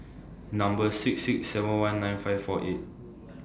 Number six six seven one nine five four eight